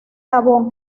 gabón